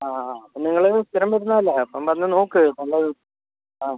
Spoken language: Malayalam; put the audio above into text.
ആ ആ അപ്പം നിങ്ങൾ സ്ഥിരം വരുന്നതല്ലേ അപ്പം വന്ന് നോക്ക് നല്ലത് ആ